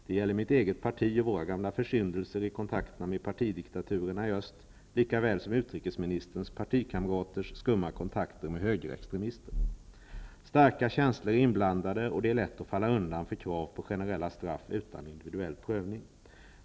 Det gäller mitt eget parti och våra gamla försyndelser i kontakterna med partidiktaturerna i öst, lika väl som utrikesministerns partikamraters skumma kontakter med högerextremister. Starka känslor är inblandade, och det är lätt att falla undan för krav på generella straff utan individuell prövning.